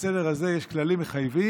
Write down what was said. ובסדר הזה יש כללים מחייבים,